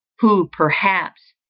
who, perhaps,